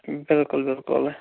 بِلکُل بِلکُل